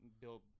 build